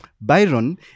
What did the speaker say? Byron